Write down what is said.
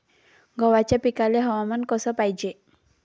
गव्हाच्या पिकाले हवामान कस पायजे?